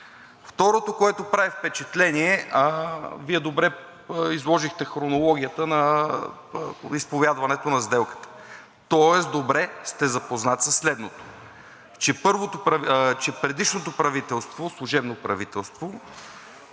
Второто, което прави впечатление. Вие добре изложихте хронологията по изповядването на сделката, тоест добре сте запознат със следното: че предишното служебно правителство